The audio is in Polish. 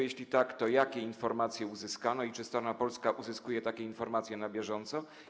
Jeśli tak, to jakie informacje uzyskano i czy strona polska uzyskuje takie informacje na bieżąco?